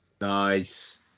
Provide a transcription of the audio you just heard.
nice